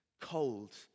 cold